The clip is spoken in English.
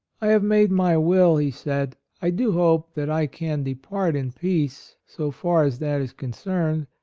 i have made my will, he said. i do hope that i can depart in peace so far as that is concerned,